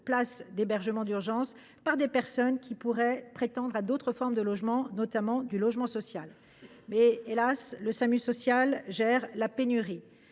places d’hébergement d’urgence par des personnes qui pourraient prétendre à d’autres formes de logement, notamment social. Las, le Samu social gère la pénurie.